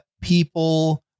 people